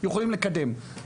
יכולים לקדם.